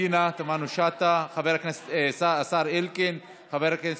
פנינה תמנו שטה, השר אלקין, חבר הכנסת